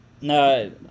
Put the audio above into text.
No